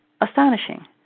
astonishing